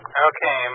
Okay